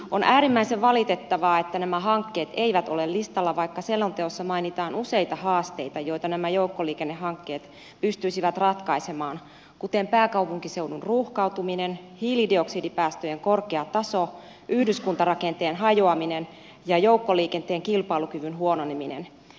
on äärimmäisen valitettavaa että nämä hankkeet eivät ole listalla vaikka selonteossa mainitaan useita haasteita joita nämä joukkoliikennehankkeet pystyisivät ratkaisemaan kuten pääkaupunkiseudun ruuhkautuminen hiilidioksidipäästöjen korkea taso yhdyskuntarakenteen hajoaminen ja joukkoliikenteen kilpailukyvyn huononeminen